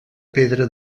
pedra